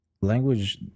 Language